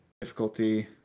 difficulty